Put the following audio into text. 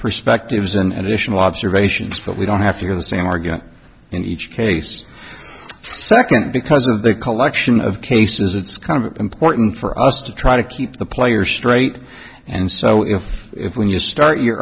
perspectives and additional observations but we don't have to give the same argument in each case second because of the collection of cases it's kind of important for us to try to keep the players straight and so if if when you start your